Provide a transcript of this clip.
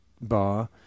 bar